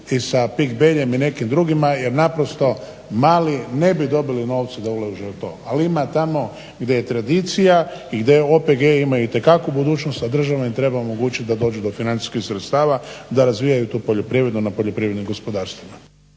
i sa PIK Beljem i nekim drugima jer naprosto mali ne bi dobili novce da ulažu u to. Ali, ima tamo gdje je tradicija i gdje OPG imaju itekakvu mogućnost a država im treba omogućiti da dođu do financijskih sredstava, da razviju tu poljoprivredu na poljoprivrednim gospodarstvima.